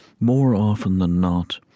more often than not,